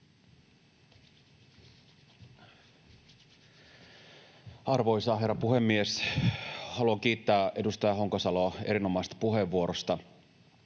Arvoisa herra puhemies! Haluan kiittää edustaja Honkasaloa erinomaisesta puheenvuorosta.